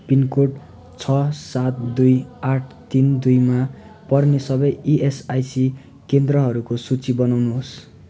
pin code छ सात दुई आठ तिन दुईमा पर्ने सबै इएसआइसी केन्द्रहरूको सूची बनाउनुहोस्